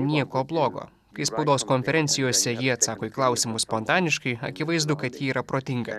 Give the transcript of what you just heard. nieko blogo kai spaudos konferencijose ji atsako į klausimus spontaniškai akivaizdu kad ji yra protinga